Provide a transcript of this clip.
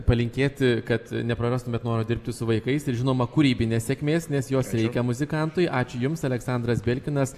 palinkėti kad neprarastumėt noro dirbti su vaikais ir žinoma kūrybinės sėkmės nes jos reikia muzikantui ačiū jums aleksandras belkinas